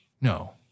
No